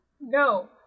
No